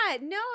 No